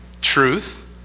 truth